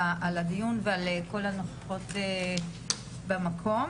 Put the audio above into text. על הדיון ולכל הנוכחות במקום.